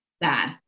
bad